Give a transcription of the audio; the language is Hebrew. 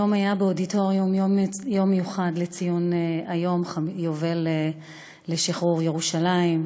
היום היה באודיטוריום יום מיוחד לציון יובל לשחרור ירושלים,